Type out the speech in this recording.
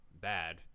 bad